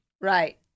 Right